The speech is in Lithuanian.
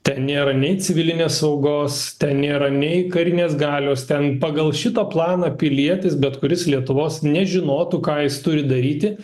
ten nėra nei civilinės saugos ten nėra nei karinės galios ten pagal šitą planą pilietis bet kuris lietuvos nežinotų ką jis turi daryti